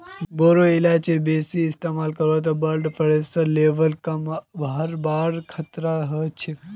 बोरो इलायचीर बेसी इस्तमाल स ब्लड प्रेशरेर लेवल कम हबार खतरा ह छेक